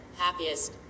happiest